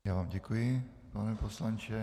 Já vám děkuji, pane poslanče.